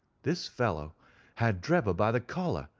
this fellow had drebber by the collar,